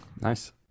Nice